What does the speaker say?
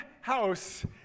house